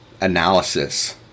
analysis